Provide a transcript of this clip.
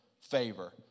favor